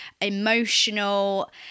emotional